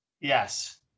Yes